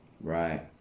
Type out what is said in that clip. right